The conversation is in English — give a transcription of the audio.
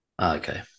Okay